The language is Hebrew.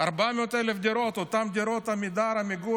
400,000 דירות, אותן דירות עמידר, עמיגור.